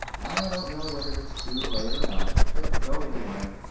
i don't know whether it's too late or not, but go anyway.